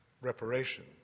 reparation